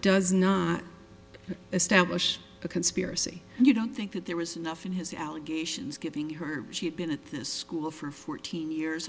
does not establish a conspiracy you don't think that there was enough in his allegations giving her she'd been at this school for fourteen years